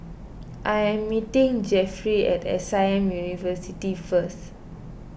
I am meeting Jefferey at S I M University first